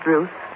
Ruth